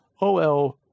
OL